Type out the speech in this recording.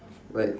like